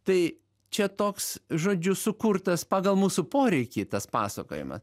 tai čia toks žodžiu sukurtas pagal mūsų poreikį tas pasakojimas